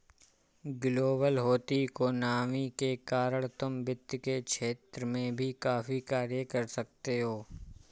global होती economy के कारण तुम वित्त के क्षेत्र में भी काफी कार्य कर सकते हो